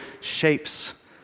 shapes